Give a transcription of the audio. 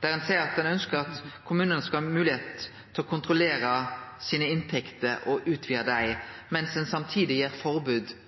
Ein seier at ein ønskjer at kommunane skal ha moglegheit til å kontrollere sine inntekter og utvide dei,